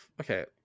Okay